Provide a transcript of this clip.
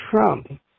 Trump